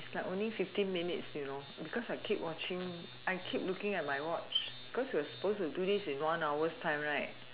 it's like only fifteen minutes you know because I keep watching I keep looking at my watch because we are suppose to do this in one hour's time right